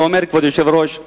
אני אומר, כבוד היושב-ראש,